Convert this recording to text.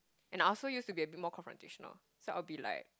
and I also used to be a bit more confrontational so I'll be like